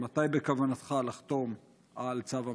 מתי בכוונתך לחתום על צו המיסוי?